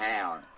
town